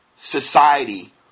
society